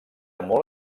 molt